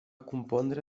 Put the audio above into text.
compondre